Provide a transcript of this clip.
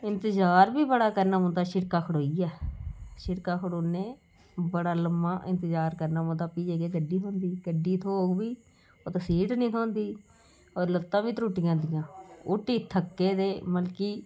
इंतजार बी बड़ा करना पौंदा शिड़का खड़ोइयै शिड़का खड़ोने बड़ा लम्मां इंतजार करना पौंदा फ्ही जाइयै गड्डी थ्होंदी गड्डी थ्होग बी ओत्त सीट नी थ्होंदी होर लतां बी त्रुट्टी जंदियां हुट्टी थक्के दे मतलब कि